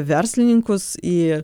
verslininkus į